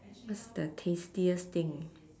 what's the tastiest thing